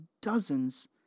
dozens